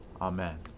Amen